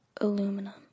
Aluminum